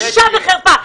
בושה וחרפה.